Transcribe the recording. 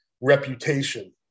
reputation